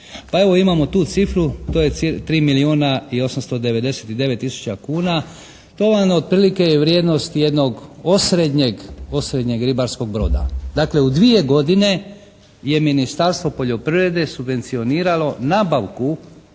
Pa evo imamo tu cifru. To je 3 milijuna i 899 tisuća kuna. To vam otprilike je vrijednost jednog osrednjeg, osrednjeg ribarskog borda. Dakle u dvije godine je Ministarstvo poljoprivrede subvencioniralo nabavku